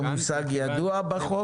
זה מושג ידוע בחוק?